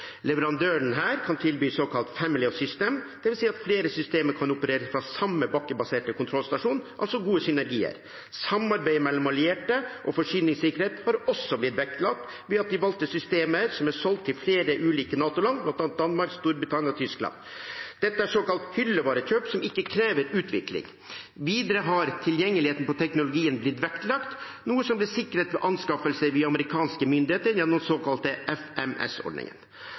kan tilby såkalt «family of systems», dvs. at flere systemer kan opereres fra samme bakkebaserte kontrollstasjon – altså gode synergier. Samarbeid mellom allierte om forsyningssikkerhet har også blitt vektlagt ved at de valgte systemer er solgt til flere ulike NATO-land, bl.a. Danmark, Storbritannia og Tyskland. Dette er såkalt hyllevarekjøp, som ikke krever utvikling. Videre har tilgjengeligheten til teknologien blitt vektlagt, noe som ble sikret ved anskaffelser via amerikanske myndigheter gjennom den såkalte